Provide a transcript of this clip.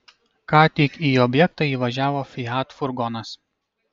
ką tik į objektą įvažiavo fiat furgonas